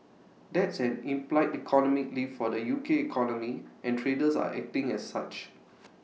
that's an implied economic lift for the U K economy and traders are acting as such